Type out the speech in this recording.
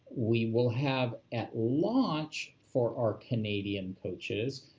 we will have, at launch, for our canadian coaches,